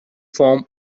form